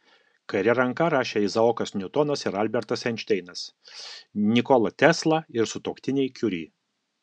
kaire ranka rašė izaokas niutonas ir albertas einšteinas nikola tesla ir sutuoktiniai kiuri